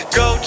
go